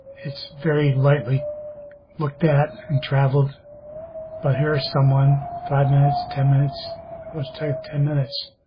it's very lightly looked at and traveled but here's someone five minutes ten minutes let's take ten minutes